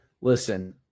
listen